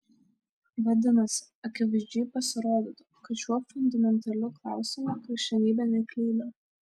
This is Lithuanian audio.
vadinasi akivaizdžiai pasirodytų kad šiuo fundamentaliu klausimu krikščionybė neklydo